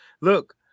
Look